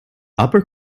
upper